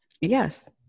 Yes